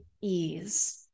ease